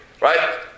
right